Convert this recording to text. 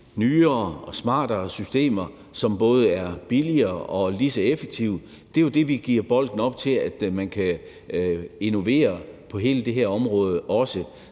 nyere og smartere systemer, som både er billigere og lige så effektive. Vi giver jo bolden op til, at man også kan innovere på hele det her område.